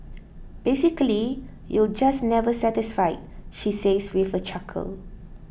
basically you're just never satisfied she says with a chuckle